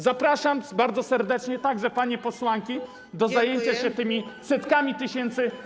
Zapraszam bardzo serdecznie także panie posłanki do zajęcia się tymi setkami tysięcy przykładów.